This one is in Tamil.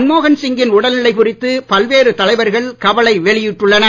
மன்மோகன் சிங் கின் உடல் நிலை குறித்து பல்வேறு தலைவர்கள் கவலை வெளியிட்டுள்ளனர்